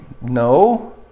No